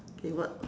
okay what